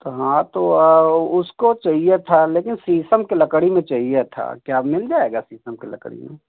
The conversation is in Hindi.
तो हाँ तो उसको चहिए था लेकिन शीशम कइ लकड़ी में चाहिए था क्या मिल जाएगा शीशम की लकड़ी में